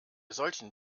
solchen